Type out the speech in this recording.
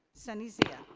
sunny zia?